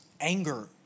anger